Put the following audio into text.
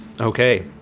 Okay